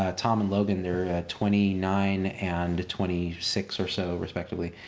ah tom and logan, they're twenty nine and twenty six or so respectively,